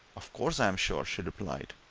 of course i'm sure! she replied.